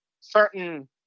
certain